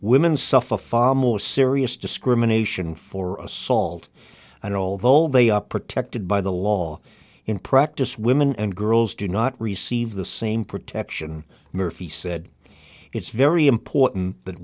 women suffer far more serious discrimination for assault and old volvo they are protected by the law in practice women and girls do not receive the same protection murphy said it's very important that